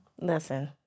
Listen